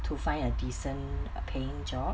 to find a decent paying job